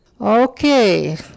Okay